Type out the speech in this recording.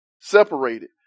separated